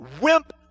wimp